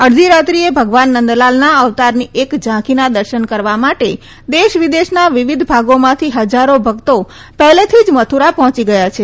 અડધી રાત્રિએ ભગવાન નંદલાલના અવતારની એક ઝાંખીના દર્શન કરવા માટે દેશ વિદેશના વિવિધ ભાગોમાંથી હજારો ભક્તો પહેલેથી જ મથુરા પહોંચી ગયા છે